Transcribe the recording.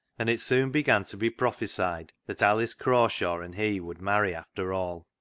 and it soon began to be prophesied that alice craw shaw and he would marry after all.